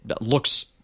looks